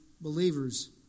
believers